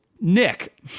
Nick